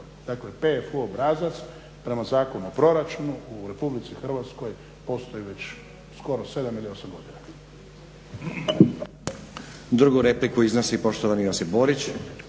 Dakle, PFU obrazac prema Zakonu o proračunu u Republici Hrvatskoj postoji već skoro 7 ili 8 godina.